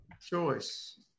Choice